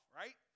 right